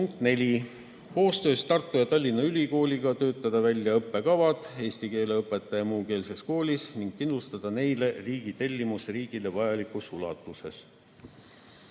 neli, koostöös Tartu ja Tallinna ülikooliga töötada välja õppekavad "Eesti keele õpetaja muukeelses koolis" ning kindlustada neile riigitellimus riigile vajalikus ulatuses.